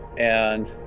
and,